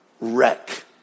wreck